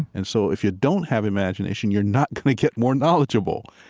and so if you don't have imagination, you're not going to get more knowledgeable.